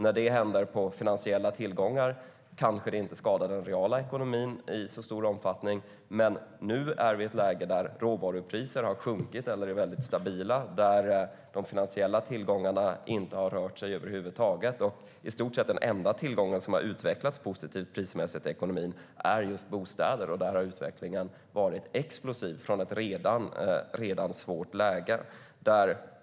När sådant händer med finansiella tillgångar kanske det inte skadar den reala ekonomin i så stor omfattning, men nu är vi i ett läge där råvarupriserna har sjunkit eller är väldigt stabila. De finansiella tillgångarna har inte rört sig över huvud taget. I stort sett den enda tillgången som har utvecklats positiv prismässigt i ekonomin är ju bostäder. Där har utvecklingen varit explosiv i ett redan svårt läge.